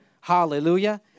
Hallelujah